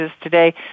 today